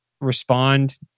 respond